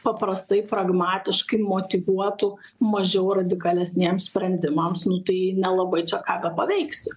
paprastai pragmatiškai motyvuotų mažiau radikalesniems sprendimams nu tai nelabai čia ką bepaveiksi